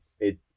It